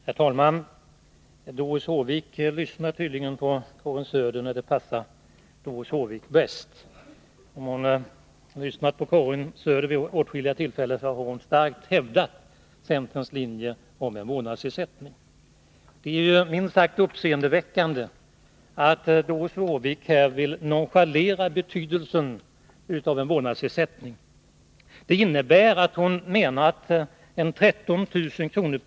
Herr talman! Doris Håvik lyssnar tydligen på Karin Söder när det passar Doris Håvik bäst. Om hon verkligen lyssnat på Karin Söder, skulle hon veta att Karin Söder vid åtskilliga tillfällen starkt hävdat centerns linje om en vårdnadsersättning. Det är minst sagt uppseendeväckande att Doris Håvik här vill nonchalera betydelsen av en vårdnadsersättning. Det innebär att hon menar att 13 000 kr.